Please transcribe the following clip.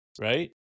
right